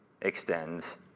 extends